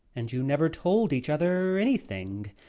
and you never told each other anything.